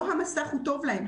לא המסך טוב להם,